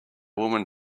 woman